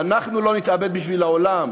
שאנחנו לא נתאבד בשביל העולם.